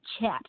chat